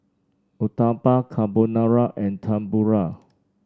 Uthapam Carbonara and Tempura